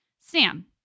Sam